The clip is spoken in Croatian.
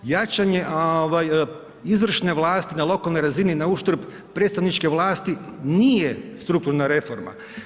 Jačanje izvršne vlasti na lokalnoj razini na uštrb predstavničke vlasti nije strukturna reforma.